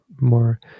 more